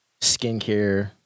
skincare